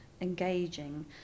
engaging